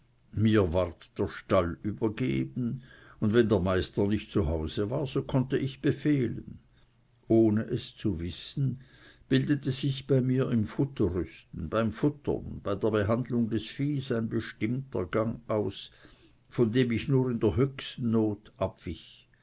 mir ward der stall übergeben und wenn der meister nicht zu hause war so konnte ich befehlen ohne es zu wissen bildete sich bei mir im futterrüsten beim futtern bei der behandlung des viehs ein bestimmter gang aus von dem ich nur in der höchsten not